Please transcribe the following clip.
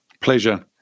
Pleasure